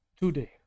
today